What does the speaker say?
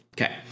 Okay